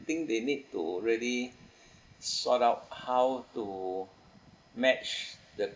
think they need to really sort out how to match the